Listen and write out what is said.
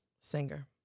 Singer